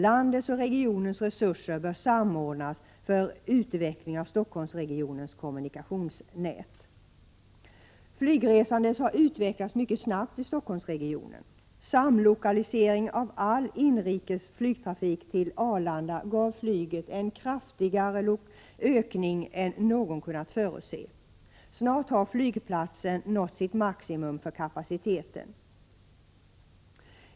Landets och regionens resurser bör samordnas för utveckling av Stockholmsregionens kommunikationsnät. Flygresandet har utvecklats mycket snabbt i Stockholmsregionen. Samlokaliseringen av all inrikes flygtrafik till Arlanda gav flyget en kraftigare ökning än någon kunnat förutse. Snart har flygplatsen nått sitt maximum i fråga om kapaciteten.